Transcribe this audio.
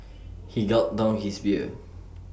he gulped down his beer